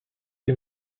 des